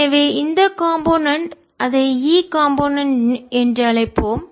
எனவே இந்த காம்போனென்ட் கூறு அதை E காம்போனென்ட் கூறுஎன்று அழைப்போம்